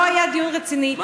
לא היה דיון רציני.